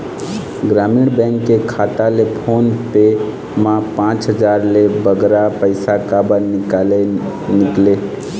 ग्रामीण बैंक के खाता ले फोन पे मा पांच हजार ले बगरा पैसा काबर निकाले निकले?